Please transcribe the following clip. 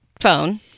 phone